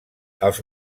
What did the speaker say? els